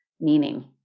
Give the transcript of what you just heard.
meaning